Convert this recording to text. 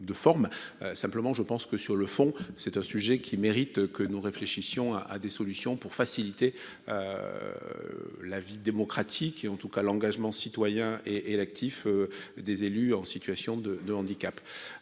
simplement je pense que sur le fond, c'est un sujet qui mérite que nous réfléchissions à à des solutions pour faciliter la vie démocratique et en tout cas l'engagement citoyen et et l'actif des élus en situation de handicap